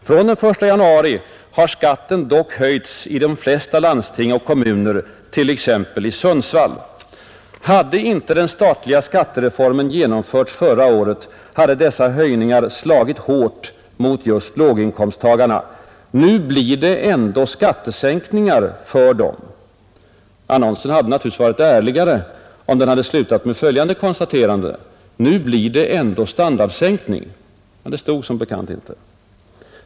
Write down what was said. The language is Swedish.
”Från den 1 januari har skatten dock höjts i de flesta landsting och kommuner, t.ex. i Sundsvall. Hade inte den statliga skattereformen genomförts förra året hade dessa höjningar slagit hårt mot just låginkomsttagarna. Nu blir det ändå skattesänkningar för dem.” Annonsen hade varit ärligare om den slutat med följande konstaterande: ”Nu blir det ändå standardsänkning.” Men det stod inte i annonsen.